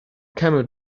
camel